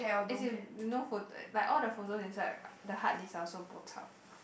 as in no photo like all the photos inside the hard disk I also bo chup